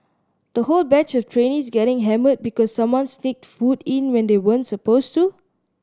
the whole batch of trainees getting hammered because someone sneaked food in when they weren't supposed to